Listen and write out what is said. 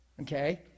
Okay